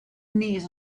knees